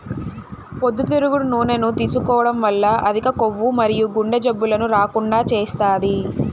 పొద్దుతిరుగుడు నూనెను తీసుకోవడం వల్ల అధిక కొవ్వు మరియు గుండె జబ్బులను రాకుండా చేస్తాది